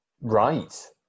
Right